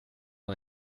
han